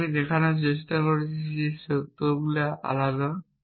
যা আমরা দেখানোর চেষ্টা করছি সেই লক্ষ্যগুলি থেকে আলাদা